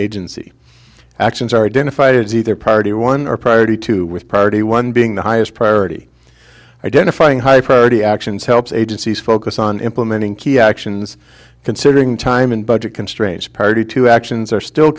agency actions are identified as either party one or priority two with priority one being the highest priority identifying high priority actions helps agencies focus on implementing key actions considering time and budget constraints party to actions are still